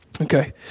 Okay